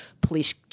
police